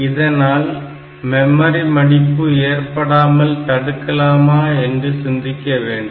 இதனால் மெமரி மடிப்பு ஏற்படாமல் தடுக்கலாமா என்று சிந்திக்க வேண்டும்